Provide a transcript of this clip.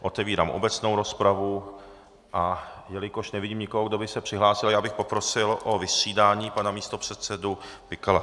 Otevírám obecnou rozpravu, a jelikož nevidím nikoho, kdo by se přihlásil, já bych poprosil o vystřídání pana místopředsedu Pikala.